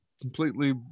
completely